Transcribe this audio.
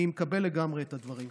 אני מקבל לגמרי את הדברים שלך.